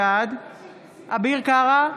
בעד אביר קארה,